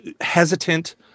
hesitant